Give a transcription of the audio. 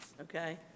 Okay